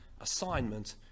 assignment